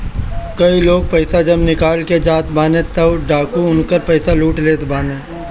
कई लोग पईसा जब निकाल के जाते बाने तअ डाकू उनकर पईसा लूट लेत बाने